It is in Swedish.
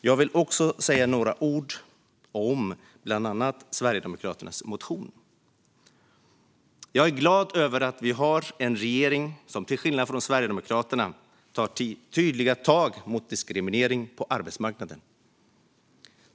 Jag vill också säga några ord om Sverigedemokraternas motion bland annat. Jag är glad över att vi har en regering som, till skillnad från Sverigedemokraterna, tar tydliga tag mot diskriminering på arbetsmarknaden.